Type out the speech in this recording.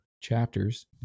chapters